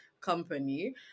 company